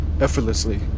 effortlessly